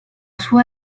sua